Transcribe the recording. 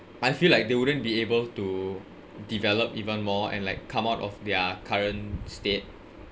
I feel like they wouldn't be able to develop even more and like come out of their current state